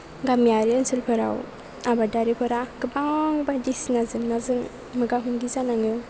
गामियारि ओनसोलफोराव आबादारिफोरा गोबां बायदिसिना जेंनाजों मोगा मोगि जानाङो